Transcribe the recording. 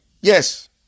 Yes